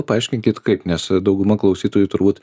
paaiškinkit kaip nes dauguma klausytojų turbūt